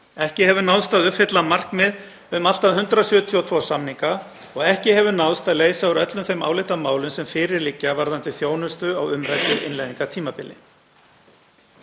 Ekki hefur náðst að uppfylla markmið um allt að 172 samninga og ekki hefur náðst að leysa úr öllum þeim álitamálum sem fyrir liggja varðandi þjónustuna á umræddu innleiðingartímabili.